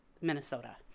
Minnesota